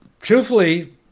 Truthfully